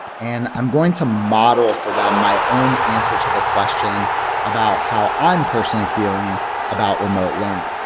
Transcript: and i'm going to model for them my own answer to the question about how i'm personally feeling about remote learning.